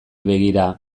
begira